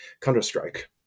Counter-Strike